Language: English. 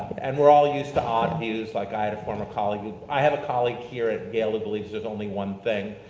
and we're all used to odd views, like i had a former colleague, i have a colleague here at yale who believes there's only one thing,